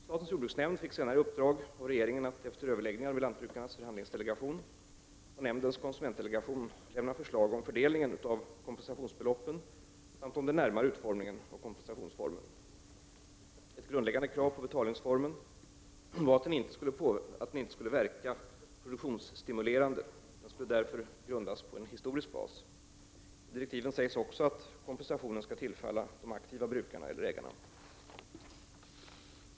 Statens jordbruksnämnd fick senare i uppdrag av regeringen att efter överläggningar med Lantbrukarnas förhandlingsdelegation och nämndens konsumentdelegation lämna förslag om fördelningen av kompensationsbeloppen samt om den närmare utformningen av kompensationsformen. Ett grundläggande krav på betalningsformen var att den inte skulle verka produktionsstimulerande. Den skulle därför grundas på en historisk bas. I direktiven sägs också att kompensationen skall tillfalla de aktiva brukarna eller ägarna.